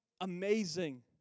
amazing